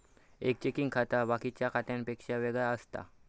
एक चेकिंग खाता बाकिच्या खात्यांपेक्षा वेगळा असता